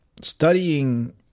studying